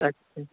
ਅੱਛਾ ਜੀ